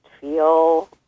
feel